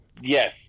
Yes